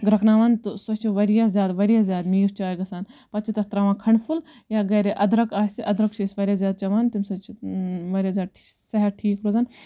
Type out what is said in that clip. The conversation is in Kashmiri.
گرکناوان تہٕ سۄ چھِ واریاہ زیاد واریاہ زیاد میٖٹھ چاے گَژھان پَتہٕ چھِ تتھ تراوان کھَنٛڈ پھوٚل یا گَرِ اَدرَک آسہِ اَدرَک چھِ أسۍ واریاہ زیاد چٮ۪وان تمہ سۭتۍ چھ واریاہ زیاد صحت ٹھیٖک روزان